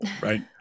right